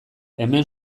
hemen